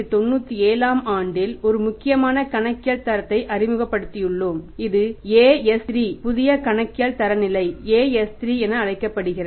1997 ஆம் ஆண்டில் ஒரு முக்கியமான கணக்கியல் தரத்தை அறிமுகப்படுத்தியுள்ளோம் இது AS3 புதிய கணக்கியல் தரநிலை AS3 என அழைக்கப்படுகிறது